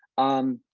um,